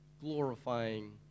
glorifying